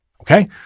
okay